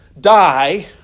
die